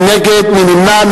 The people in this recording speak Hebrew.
מי נגד?